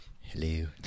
Hello